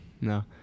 No